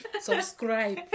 subscribe